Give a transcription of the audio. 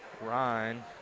Ryan